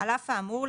על אף האמור,